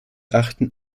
achten